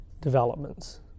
developments